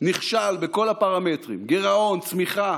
נכשל בכל הפרמטרים: גירעון, צמיחה,